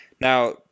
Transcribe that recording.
Now